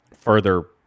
further